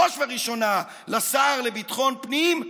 בראש ובראשונה לשר לביטחון פנים,